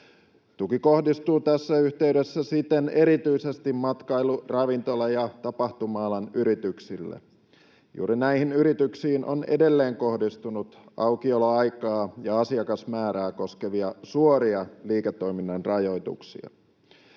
Tuki kohdistuu tässä yhteydessä siten erityisesti matkailu‑, ravintola‑ ja tapahtuma-alan yrityksille. Juuri näihin yrityksiin on edelleen kohdistunut aukioloaikaa ja asiakasmäärää koskevia suoria liiketoiminnan rajoituksia.